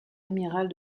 amiral